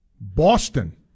Boston